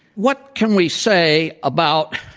what can we say about